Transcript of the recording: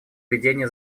ведения